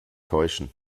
täuschen